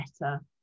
better